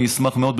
אני אשמח מאוד,